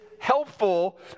Helpful